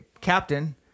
captain